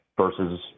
versus